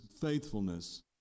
faithfulness